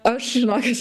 aš žinokit